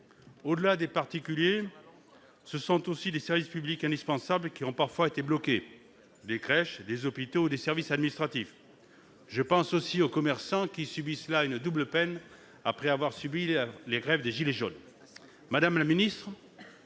Au-delà des particuliers, ce sont aussi des services publics indispensables qui ont parfois été bloqués, comme des crèches, des hôpitaux ou des services administratifs. Je pense aussi aux commerçants, qui subissent une double peine, après les manifestations des « gilets jaunes